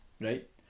right